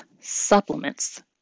supplements